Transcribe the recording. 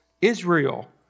Israel